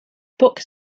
books